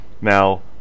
Now